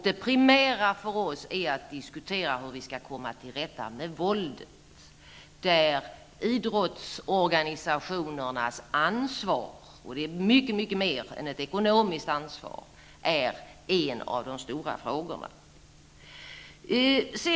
Det primära för oss är att diskutera hur vi skall komma till rätta med våldet, där idrottsorganisationernas ansvar, och det är mycket mer än ett ekonomiskt ansvar, är en av de stora frågorna.